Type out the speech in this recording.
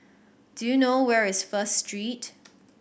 do you know where is First Street